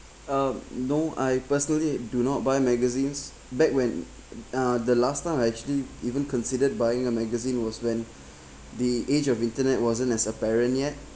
uh no I personally do not buy magazines back when uh the last time I actually even considered buying a magazine was when the age of internet wasn't as apparent yet